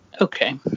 Okay